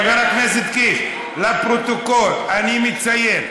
חבר הכנסת קיש, לפרוטוקול אני מציין,